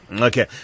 Okay